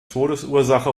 todesursache